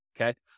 okay